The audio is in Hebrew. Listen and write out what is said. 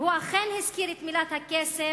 הוא כן הזכיר את מילת הקסם,